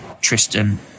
Tristan